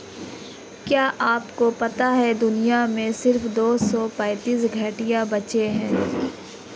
क्या आपको पता है दुनिया में सिर्फ दो सौ पैंतीस घड़ियाल बचे है?